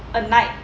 a night